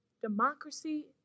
Democracy